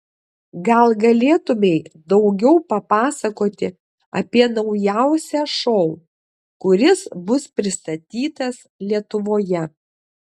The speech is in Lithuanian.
gal galėtumei daugiau papasakoti apie naujausią šou kuris bus pristatytas lietuvoje